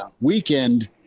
weekend